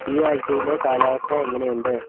ഈ ആഴ്ചയിലെ കാലാവസ്ഥ എങ്ങനെയുണ്ട്